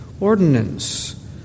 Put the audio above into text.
ordinance